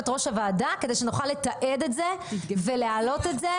ראש הוועדה כדי שנוכל לתעד את זה ולהעלות את זה.